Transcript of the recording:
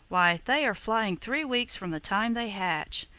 why, they are flying three weeks from the time they hatch.